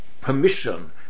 permission